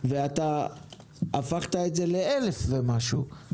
אתה הפכת את זה לאלף ומשהו.